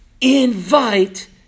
Invite